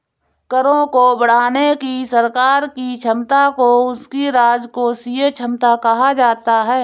करों को बढ़ाने की सरकार की क्षमता को उसकी राजकोषीय क्षमता कहा जाता है